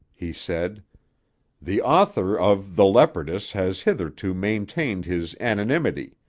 he said the author of the leopardess has hitherto maintained his anonymity,